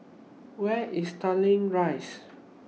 Where IS Tanglin Rise